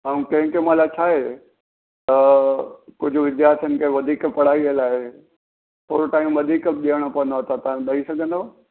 ऐं कंहिं कंहिं महिल छाहे त कुझु विद्यार्थीनि खे वधीक पढ़ाई लाइ थोरो टाइम वधीक बि ॾियणो पवंदो आहे त तव्हां ॾेई सघंदव